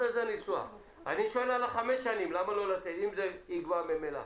אני שואל לגבי החמש שנים, אם כבר ממילא.